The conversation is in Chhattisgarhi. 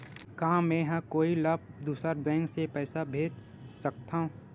का मेंहा कोई ला दूसर बैंक से पैसा भेज सकथव?